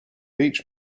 each